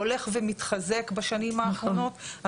הולך ומתחזק בשנים האחרונות.